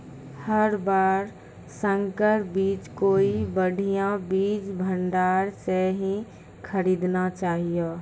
हर बार संकर बीज कोई बढ़िया बीज भंडार स हीं खरीदना चाहियो